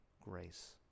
grace